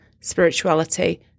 spirituality